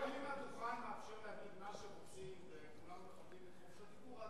גם אם הדוכן מאפשר להגיד מה שרוצים וכולנו מכבדים את חופש הביטוי,